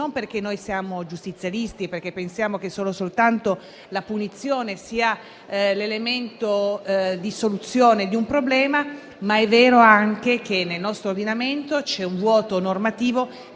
non perché siamo giustizialisti e perché pensiamo che soltanto la punizione sia l'elemento di soluzione a un problema, ma perché è vero che nel nostro ordinamento c'è un vuoto normativo